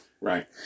Right